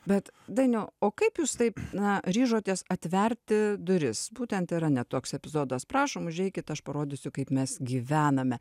bet dainiau o kaip jūs taip na ryžotės atverti duris būtent tai yra ne toks epizodas prašom užeikit aš parodysiu kaip mes gyvename